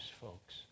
folks